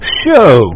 show